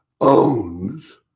owns